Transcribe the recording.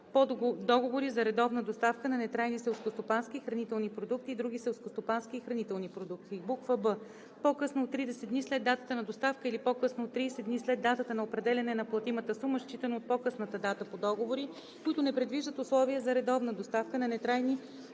по договори за редовна доставка на нетрайни селскостопански и хранителни продукти и други селскостопански и хранителни продукти; б) по-късно от 30 дни след датата на доставка или по-късно от 30 дни след датата на определяне на платимата сума, считано от по-късната дата – по договори, които не предвиждат условия за редовна доставка на нетрайни